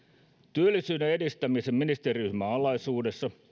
työllisyyden edistämisen ministeriryhmän alaisuudessa